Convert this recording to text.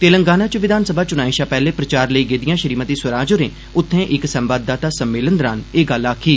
तेलंगाना च विधानसभा चुनाए शा पैहले प्रचार लेई गेदिआं श्रीमति स्वराज होरे उत्थे इक संवाददाता सम्मेलन दौरान अज्ज एह गल्ल आक्खी